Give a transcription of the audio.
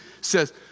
says